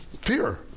fear